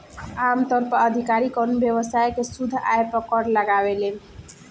आमतौर पर अधिकारी कवनो व्यवसाय के शुद्ध आय पर कर लगावेलन